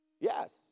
Yes